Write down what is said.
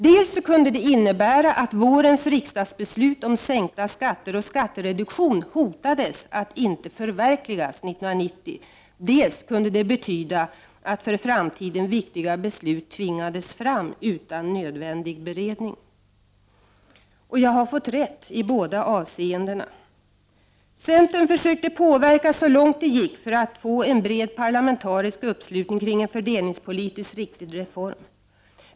Dels kunde det innebära att vårens riksdagsbeslut om sänkta skatter och skattereduktion hotades att inte förverkligas 1990, dels kunde det betyda att för framtiden viktiga beslut tvingades fram utan nödvändig beredning. Jag har fått rätt i båda avseendena. Centern försökte påverka så långt det gick för att få en bred parlamentarisk uppslutning kring en fördelningspolitiskt riktig reform.